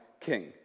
king